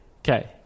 Okay